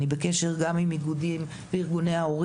אני בקשר גם עם ארגוני ההורים,